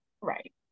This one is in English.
Right